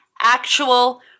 actual